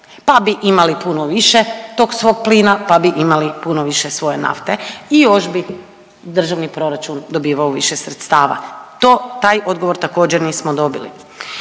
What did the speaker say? pa bi imali puno više tog svog plina, pa bi imali puno više svoje nafte i još bi državni proračun dobivao više sredstava, to, taj odgovor također, nismo dobili.